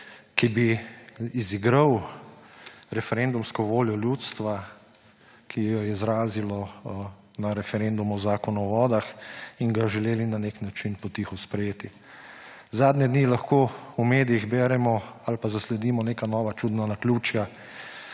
ki bi izigral referendumsko voljo ljudstva, ki jo je izrazilo na referendumu o Zakonu o vodah, in ga želeli na nek način potiho sprejeti. Zadnje dni lahko v medijih beremo ali pa zasledimo neka nova čudna naključja,